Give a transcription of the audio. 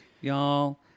Y'all